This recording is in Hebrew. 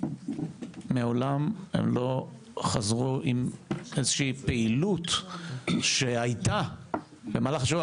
מעולם לא חזרו עם איזושהי פעילות שהייתה במהלך השבוע.